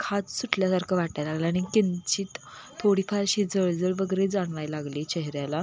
खाज सुटल्यासारखं वाटायला लागलं आणि किंचीत थोडीफार अशी जळजळ वगैरे जाणवायला लागली चेहऱ्याला